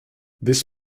this